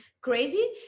crazy